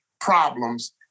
problems